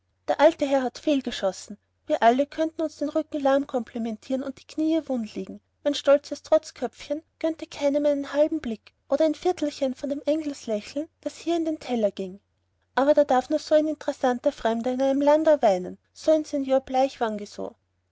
der alte herr hat fehlgeschossen wir alle könnten uns den rücken lahm komplimentieren und die knie wund liegen mein stolzes trotzköpfchen gönnte keinem einen halben blick oder ein viertelchen von dem engelslächeln das hier in den teller ging aber da darf nur so ein interessanter fremder in einem landau weinen so ein